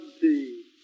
see